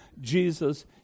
Jesus